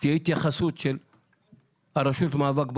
תהיה התייחסות של הרשות למאבק בעוני.